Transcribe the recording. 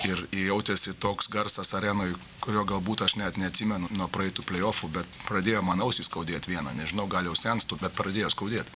ir jautėsi toks garsas arenoj kurio galbūt aš net neatsimenu nuo praeitų pleiofų bet pradėjo man ausį skaudėti vieną nežinau gal jau senstu bet pradėjo skaudėt